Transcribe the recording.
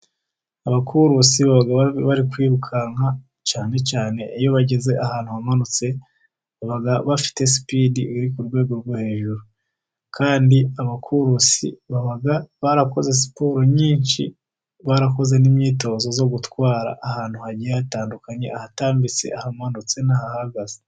Abakurusi baba bari kwirukanka cyane cyane iyo bageze ahantu hamanutse, baba bafite supidi iri ku rwego rwo hejuru, kandi abakurusi baba barakoze siporo nyinshi, barakoze n'imyitozo yo gutwara ahantu hagiye hatandukanye, ahatambitse, ahamanutse ndetse n'ahahagaze.